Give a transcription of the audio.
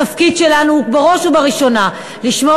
התפקיד שלנו בראש ובראשונה הוא לשמור